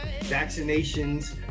vaccinations